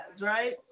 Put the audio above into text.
right